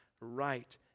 right